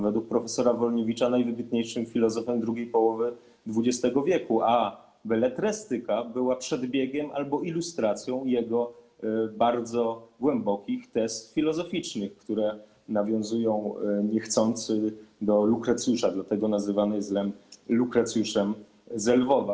Według prof. Wolniewicza - najwybitniejszym filozofem drugiej połowy XX w., a beletrystyka była przedbiegiem albo ilustracją jego bardzo głębokich tez filozoficznych, które nawiązują niechcący do Lukrecjusza, dlatego Lem nazywany jest Lukrecjuszem ze Lwowa.